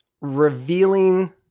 revealing